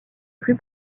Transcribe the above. plus